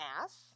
ass